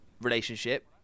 relationship